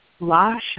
Lasha